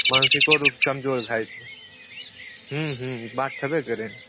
मानसिको रूपसँ कमजोर भए जेतै हूँ हूँ बात छेबे करै